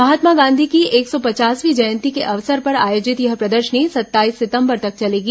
महात्मा गांधी की एक सौ पचासवीं जयंती के अवसर पर आयोजित यह प्रदर्शनी सत्ताईस सितंबर तक चलेगी